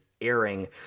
airing